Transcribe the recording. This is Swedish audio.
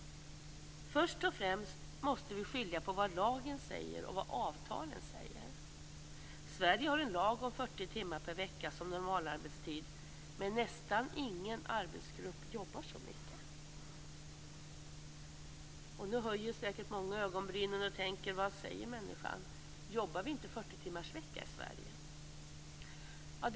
Först och främst måste vi skilja på vad lagen säger och vad avtalen säger. Sverige har en lag om 40 timmar per vecka som normalarbetstid, men nästan ingen arbetsgrupp jobbar så mycket. Och nu höjer säkert många ögonbrynen och tänker: Vad säger människan? Jobbar vi inte 40-timmarsvecka i Sverige?